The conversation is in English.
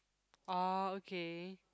oh okay